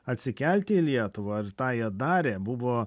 atsikelti į lietuvą ir tą jie darė buvo